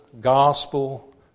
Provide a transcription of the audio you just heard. gospel